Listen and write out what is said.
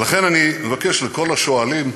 ולכן, אני אבקש, לכל השואלים,